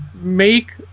make